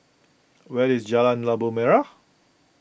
where is Jalan Labu Merah